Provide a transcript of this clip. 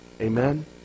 Amen